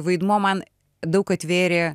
vaidmuo man daug atvėrė